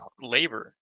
labor